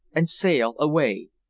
and sail away.